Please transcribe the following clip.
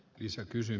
isä kysyy